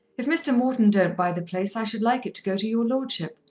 if mr. morton don't buy the place i should like it to go to your lordship.